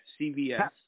CVS